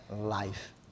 life